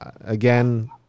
again